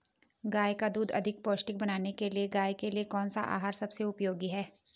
गाय का दूध अधिक पौष्टिक बनाने के लिए गाय के लिए कौन सा आहार सबसे उपयोगी है?